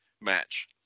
Match